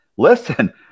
Listen